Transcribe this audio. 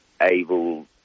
able